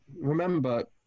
remember